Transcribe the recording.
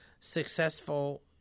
successful